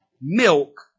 milk